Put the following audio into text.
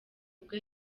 ubwo